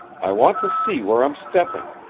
i want to see where i'm stepping.